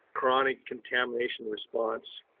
chronic contamination response.